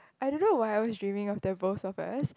I don't know why I always dreaming of that both of us